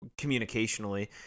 communicationally